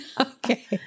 Okay